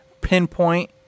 pinpoint